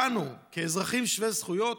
בנו אזרחים שווי זכויות,